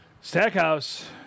Stackhouse